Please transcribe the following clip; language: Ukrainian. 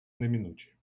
неминучі